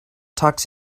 tux